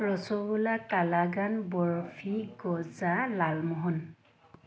ৰসগোল্লা কালাকান বৰফি গজা লালমোহন